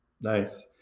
Nice